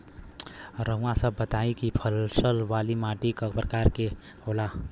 रउआ सब बताई कि फसल वाली माटी क प्रकार के होला?